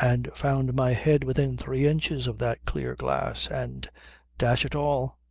and found my head within three inches of that clear glass, and dash it all!